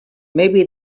maybe